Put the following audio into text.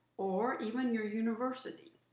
or even your university.